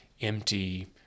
empty